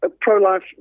pro-life